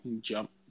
jump